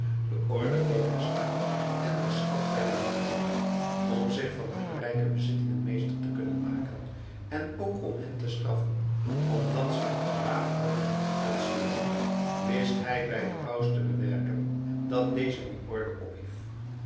de orde bleef bestaan en was schatrijk en machtig om zich van hunne rijke bezittingen meester te kunnen maken en ook om hen te straffen omdat ze het gewaagd hadden hem te trotseeren wist hij bij den paus te bewerken dat deze die orde ophief